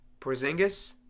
Porzingis